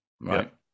right